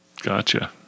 Gotcha